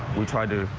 we try to,